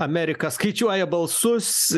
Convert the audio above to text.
amerika skaičiuoja balsus